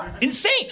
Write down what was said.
Insane